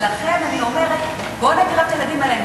ולכן אני אומרת: בוא ניתן לילדים האלה,